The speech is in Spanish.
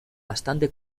bastante